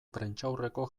prentsaurreko